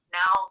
now